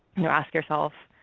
you'll ask yourself,